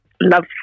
love